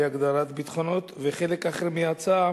להגדרת ביטחונות, וחלק אחר מההצעה